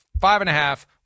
five-and-a-half